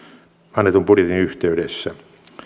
annetun budjetin yhteydessä